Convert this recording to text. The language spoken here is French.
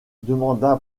demanda